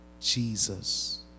Jesus